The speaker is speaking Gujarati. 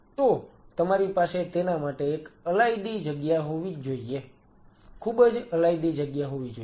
તો તમારી પાસે તેના માટે એક અલાયદી જગ્યા હોવી જ જોઈએ ખૂબ જ અલાયદી જગ્યા હોવી જોઈએ